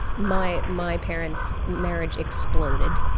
my my parents' marriage exploded.